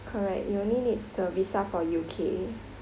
correct you only need the visa for U_K